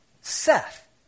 Seth